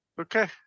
Okay